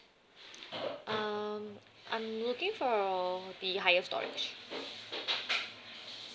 um I'm looking for the higher storage